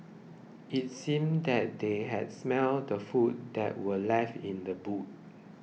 it seemed that they had smelt the food that were left in the boot